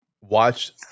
watch